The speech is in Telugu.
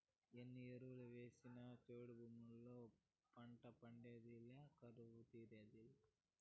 ఎన్ని ఎరువులు వేసినా చౌడు భూమి లోపల పంట పండేదులే కరువు తీరేదులే